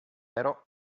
però